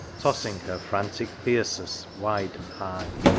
tossing her frantic thyrsus wide and high!